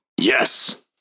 Yes